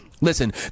Listen